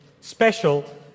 special